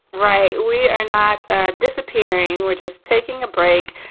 right we are not disappearing. we're just taking a break.